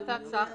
הצעת הצעה חדשה.